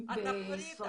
ספרדית,